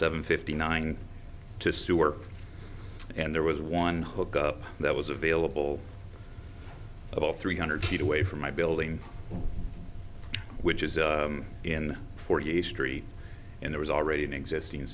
seven fifty nine to sewer and there was one hook up that was available about three hundred feet away from my building which is in forty eighth street and there was already an existing